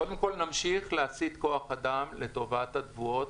קודם כול, נמשיך להסיט כוח אדם לטובת התבואות,